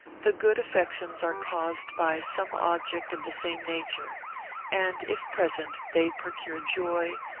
the good affections are caused by some object of the same nature and if present, they procure joy,